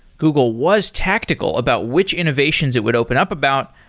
google was tactical about which innovations it would open up about,